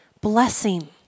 Blessing